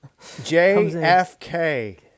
jfk